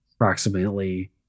approximately